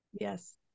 Yes